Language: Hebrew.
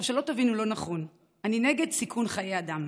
שלא תבינו לא נכון, אני נגד סיכון חיי אדם,